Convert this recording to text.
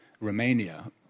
Romania